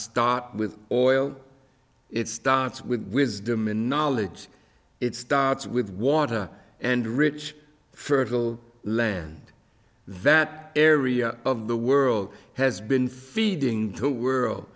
start with oil it starts with wisdom and knowledge it starts with water and rich fertile land that area of the world has been feeding to world